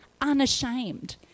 unashamed